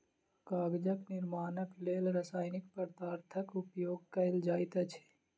कागजक निर्माणक लेल रासायनिक पदार्थक उपयोग कयल जाइत अछि